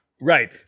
Right